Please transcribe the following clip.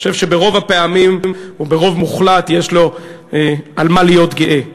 אני חושב שברוב הפעמים וברוב מוחלט יש לו על מה להיות גאה,